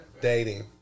dating